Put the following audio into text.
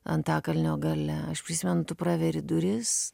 antakalnio gale aš prisimenu tu praveri duris